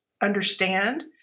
understand